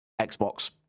Xbox